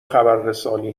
خبررسانی